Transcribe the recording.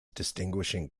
distinguishing